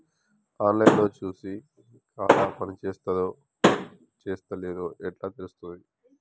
On line లో చూసి ఖాతా పనిచేత్తందో చేత్తలేదో ఎట్లా తెలుత్తది?